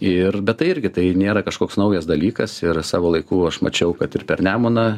ir bet tai irgi tai nėra kažkoks naujas dalykas ir savo laiku aš mačiau kad ir per nemuną